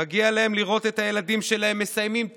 מגיע להם לראות את הילדים שלהם מסיימים תואר,